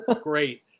Great